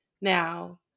now